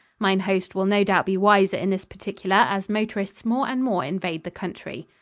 mine host will no doubt be wiser in this particular as motorists more and more invade the country.